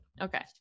Okay